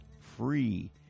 free